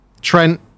Trent